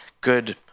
good